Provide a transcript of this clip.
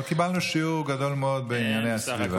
אבל קיבלנו שיעור גדול מאוד בענייני הסביבה.